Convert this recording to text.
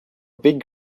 big